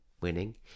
winning